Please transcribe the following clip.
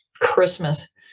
Christmas